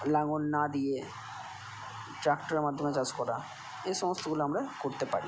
লাঙল না দিয়ে ট্রাক্টরের মাধ্যমে চাষ করা এই সমস্তগুলো আমরা করতে পারি